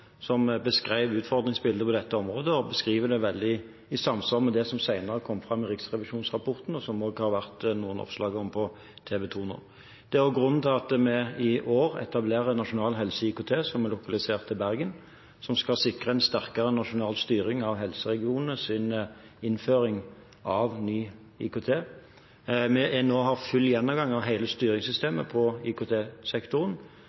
som beskriver utfordringsbildet på dette området, og det er i samsvar med det som senere kom fram i Riksrevisjonens rapport, og som det har vært oppslag om på TV2 nå. Det er også grunnen til at vi i år etablerer Nasjonal Helse IKT, som er lokalisert i Bergen, og som skal sikre en sterkere nasjonal styring av helseregionenes innføring av ny IKT. Vi har nå en full gjennomgang av